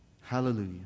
hallelujah